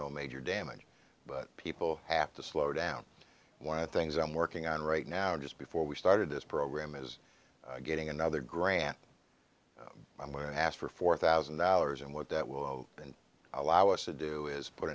no major damage but people have to slow down one of the things i'm working on right now just before we started this program is getting another grant i'm going to ask for four thousand dollars and what that will allow us to do is put